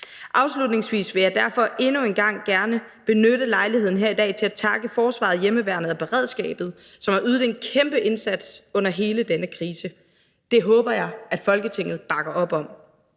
Afslutningsvis vil jeg derfor endnu en gang gerne benytte lejligheden her i dag til at takke forsvaret, hjemmeværnet og beredskabet, som har ydet en kæmpe indsats under hele denne krise. Det håber jeg at Folketinget bakker op om.